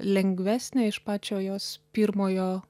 lengvesnė iš pačio jos pirmojo